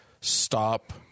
stop